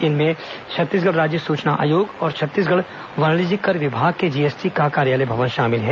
इनमें छत्तीसगढ़ राज्य सुचना आयोग और छत्तीसगढ़ वाणिज्यिक कर विभाग के जीएसटी का कार्यालय भवन शामिल हैं